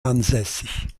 ansässig